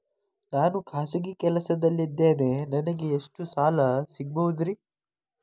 ನಾನು ಖಾಸಗಿ ಕೆಲಸದಲ್ಲಿದ್ದೇನೆ ನನಗೆ ಎಷ್ಟು ಸಾಲ ಸಿಗಬಹುದ್ರಿ?